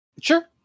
Sure